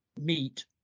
meet